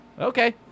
Okay